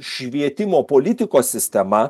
švietimo politikos sistema